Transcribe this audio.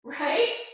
right